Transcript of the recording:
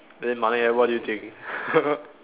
then Malek eh what do you think